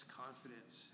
confidence